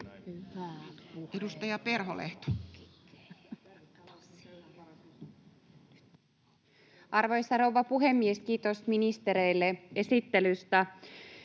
17:10 Content: Arvoisa rouva puhemies! Kiitokset ministerille esittelystä.